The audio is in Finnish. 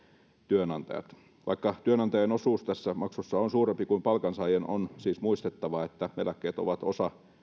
työnantajat vaikka työnantajien osuus tässä maksussa on suurempi kuin palkansaajien on siis muistettava että eläkkeet ovat osa